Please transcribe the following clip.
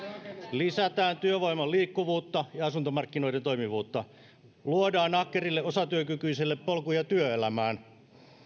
lisätään työvoiman liikkuvuutta ja asuntomarkkinoiden toimivuutta luodaan ahkerille osatyökykyisille polkuja työelämään